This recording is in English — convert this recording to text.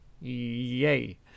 Yay